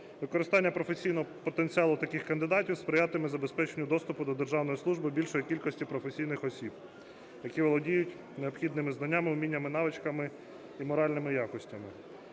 Використання професійного потенціалу таких кандидатів сприятиме забезпеченню доступу до державної служби більшої кількості професійних осіб, які володіють необхідними знаннями, уміннями, навичками і моральними якостями.